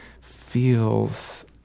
feels